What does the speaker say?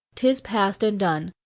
tis past and done.